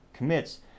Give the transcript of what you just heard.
commits